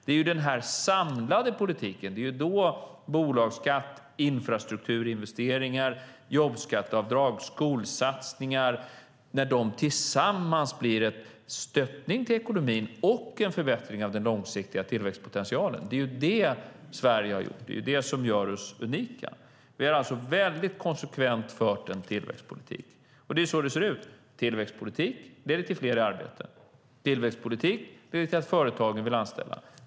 Det är den samlade politiken - bolagsskatt, infrastrukturinvesteringar, jobbskatteavdrag och skolsatsningar tillsammans - som blir en stöttning till ekonomin och en förbättring av den långsiktiga tillväxtpotentialen. Det är detta Sverige har haft, och det är detta som gör oss unika. Vi har alltså väldigt konsekvent fört en tillväxtpolitik. Det är så det ser ut: Tillväxtpolitik leder till fler arbeten. Tillväxtpolitik leder till att företagen vill anställa.